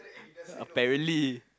apparently